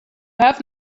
have